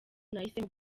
nahisemo